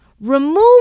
remove